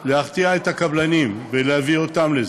להרתיע את הקבלנים ולהביא אותם לזה.